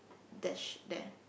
that sh~ there